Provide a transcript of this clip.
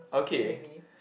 maybe